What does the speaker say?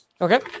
Okay